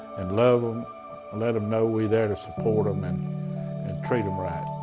and love them, and let them know we're there to support um them and treat them right.